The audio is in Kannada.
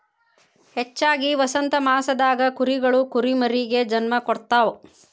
ಹೆಚ್ಚಾಗಿ ವಸಂತಮಾಸದಾಗ ಕುರಿಗಳು ಕುರಿಮರಿಗೆ ಜನ್ಮ ಕೊಡ್ತಾವ